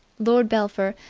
lord belpher,